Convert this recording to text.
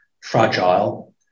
fragile